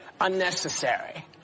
unnecessary